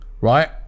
right